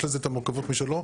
יש לזה את המורכבות שלו.